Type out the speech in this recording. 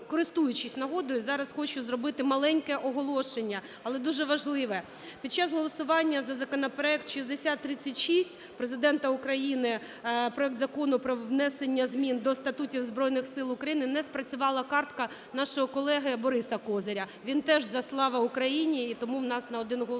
користуючись нагодою, зараз хочу зробити маленьке оголошення, але дуже важливе. Під час голосування за законопроект 6036 Президента України - проект Закону про внесення змін до статутів Збройних Сил України не спрацювала картка нашого колеги Бориса Козиря. Він теж за "Слава Україні" і тому в нас на один голос